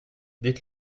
dites